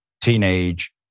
teenage